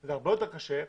זה הרבה יותר קשה.